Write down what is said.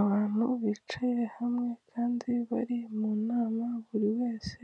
Abantu bicaye hamwe kandi bari mu nama buri wese